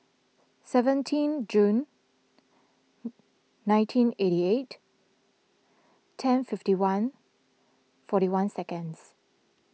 seventeen June nineteen eighty eight ten fifty one forty one second